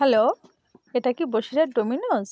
hello এটা কি Basirhat Domino's